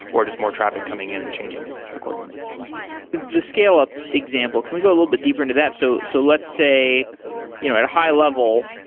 or just more traffic coming in and changing it accordingly the scale-up example, can we go a little bit deeper into that? so so let's say you know at a high level,